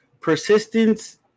persistence